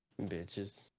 Bitches